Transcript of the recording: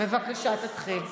בבקשה תתחיל.